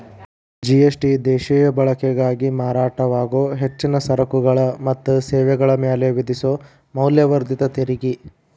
GST ದೇಶೇಯ ಬಳಕೆಗಾಗಿ ಮಾರಾಟವಾಗೊ ಹೆಚ್ಚಿನ ಸರಕುಗಳ ಮತ್ತ ಸೇವೆಗಳ ಮ್ಯಾಲೆ ವಿಧಿಸೊ ಮೌಲ್ಯವರ್ಧಿತ ತೆರಿಗಿ